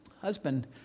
husband